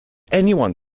anyone